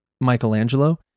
Michelangelo